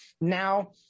now